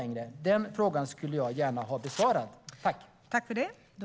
Den frågan vill jag gärna få svar på.